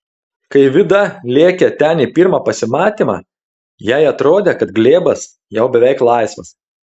kai vida lėkė ten į pirmą pasimatymą jai atrodė kad glėbas jau beveik laisvas